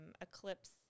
Eclipse